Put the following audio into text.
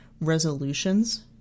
resolutions